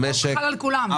יש חוק והוא חל על כולם.